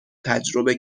تجربه